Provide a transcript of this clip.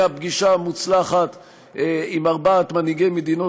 מהפגישה המוצלחת עם ארבעת מנהיגי מדינות